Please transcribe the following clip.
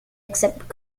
except